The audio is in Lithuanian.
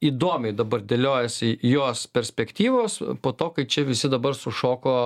įdomiai dabar dėliojasi jos perspektyvos po to kai čia visi dabar sušoko